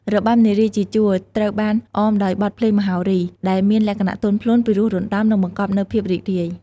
របាំនារីជាជួរត្រូវបានអមដោយបទភ្លេងមហោរី ដែលមានលក្ខណៈទន់ភ្លន់ ពីរោះរណ្ដំ និងបង្កប់នូវភាពរីករាយ។